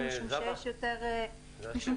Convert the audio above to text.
משום שיש יותר צריכה.